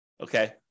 Okay